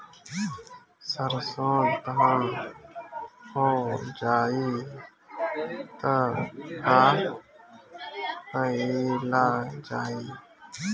सरसो धन हो जाई त का कयील जाई?